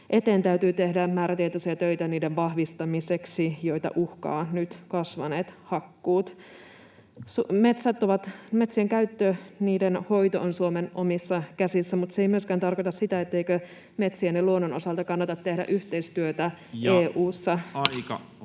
eteen täytyy tehdä määrätietoisia töitä niiden vahvistamiseksi, kun niitä uhkaavat nyt kasvaneet hakkuut. Metsien käyttö ja niiden hoito ovat Suomen omissa käsissä, mutta se ei myöskään tarkoita sitä, etteikö metsien ja luonnon osalta kannata tehdä yhteistyötä EU:ssa...